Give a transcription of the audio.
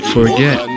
Forget